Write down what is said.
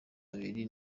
babiri